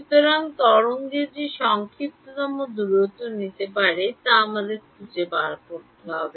সুতরাং তরঙ্গ যে সংক্ষিপ্ততম দূরত্ব নিতে পারে তা আমাদের খুঁজে বের করতে হবে